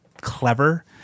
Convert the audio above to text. clever